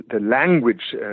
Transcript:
language